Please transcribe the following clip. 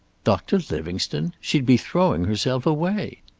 doctor livingstone! she'd be throwing herself away!